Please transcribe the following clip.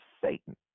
Satan